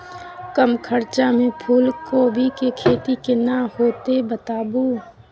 कम खर्चा में फूलकोबी के खेती केना होते बताबू?